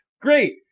Great